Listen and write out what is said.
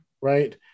Right